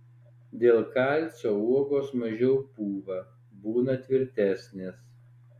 dėl kalcio uogos mažiau pūva būna tvirtesnės